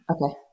Okay